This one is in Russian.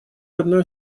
одной